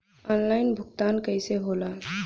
Online भुगतान कईसे होला?